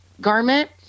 garment